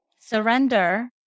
surrender